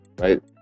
right